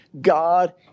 God